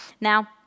Now